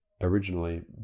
originally